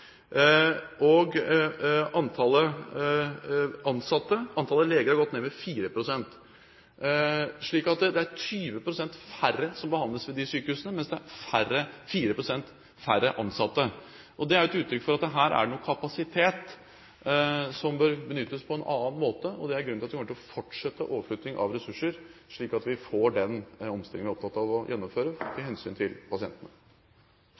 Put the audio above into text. og antallet leger har gått ned med 4 pst. Så det er 20 pst. færre som behandles ved disse sykehusene, mens det er 4 pst. færre ansatte. Det er et uttrykk for at her er det noe kapasitet som bør benyttes på en annen måte. Det er grunnen til at vi kommer til å fortsette overflytting av ressurser, slik at vi får den omstillingen vi er opptatt av å gjennomføre, av hensyn til pasientene.